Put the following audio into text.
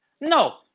No